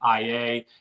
IA